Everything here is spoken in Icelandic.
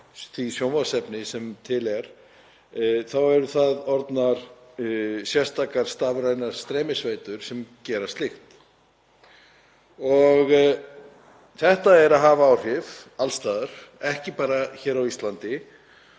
því sjónvarpsefni sem til er þá eru það sérstakar stafrænar streymisveitur sem gera slíkt. Þetta hefur áhrif alls staðar, ekki bara hér á Íslandi,